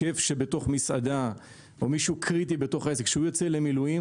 שף שבתוך מסעדה או מישהו קריטי בתוך העסק כשהוא יוצא למילואים,